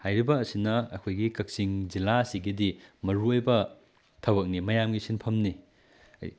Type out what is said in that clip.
ꯍꯥꯏꯔꯤꯕ ꯑꯁꯤꯅ ꯑꯩꯈꯣꯏꯒꯤ ꯀꯛꯆꯤꯡ ꯖꯤꯂꯥꯁꯤꯒꯤꯗꯤ ꯃꯔꯨꯑꯣꯏꯕ ꯊꯕꯛꯅꯤ ꯃꯌꯥꯝꯒꯤ ꯁꯤꯟꯐꯝꯅꯤ